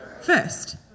first